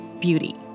beauty